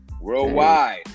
Worldwide